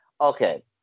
Okay